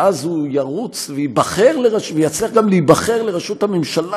ואז הוא ירוץ ויצליח גם להיבחר לרשות הממשלה